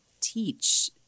teach